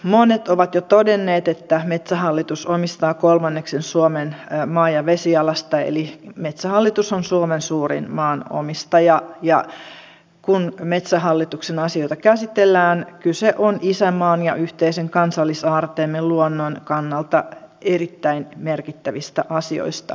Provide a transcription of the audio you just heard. monet ovat jo todenneet että metsähallitus omistaa kolmanneksen suomen maa ja vesialasta eli metsähallitus on suomen suurin maanomistaja ja kun metsähallituksen asioita käsitellään kyse on isänmaan ja yhteisen kansallisaarteemme luonnon kannalta erittäin merkittävistä asioista